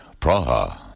Praha